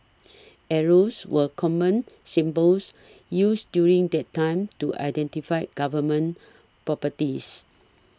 arrows were common symbols used during that time to identify Government properties